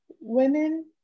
women